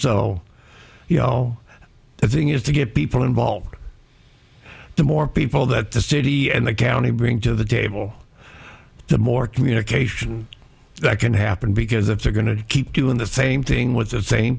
so you know the thing is to get people involved the more people that the city and the county bring to the table the more communication that can happen because if they're going to keep doing the same thing with the same